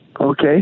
Okay